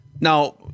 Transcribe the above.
Now